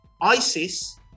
ISIS